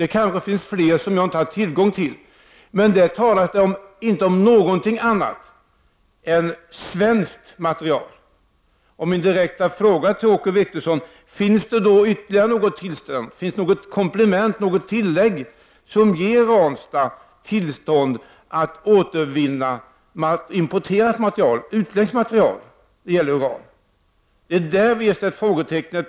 Det kanske finns fler som jaginte har haft tillgång till. I det tillstånd jag har läst talas det inte om något annat än svenskt material. Min direkta fråga till Åke Wictorsson är om det finns något ytterligare tillstånd. Finns det något komplement som ger Ranstad tillstånd att återvinna importerat material när det gäller uran? Inför detta sätter vi ett frågetecken.